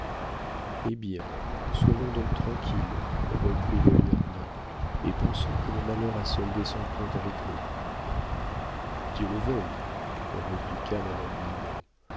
eh bien soyons donc tranquilles reprit le lieutenant et pensons que le malheur a soldé son compte avec nous dieu le veuille répliqua madame mignon